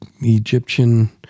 Egyptian